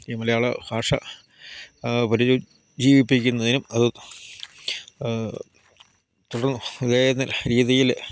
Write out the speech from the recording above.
ഈ മലയാള ഭാഷ പരിചോ ജീവിപ്പിക്കുന്നതിനും അത് തുടർ ഇതേ തന്നെ രീതിയില്